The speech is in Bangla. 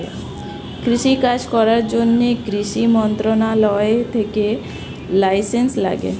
কৃষি কাজ করার জন্যে কৃষি মন্ত্রণালয় থেকে লাইসেন্স লাগে